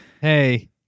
hey